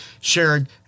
shared